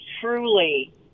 truly